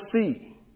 see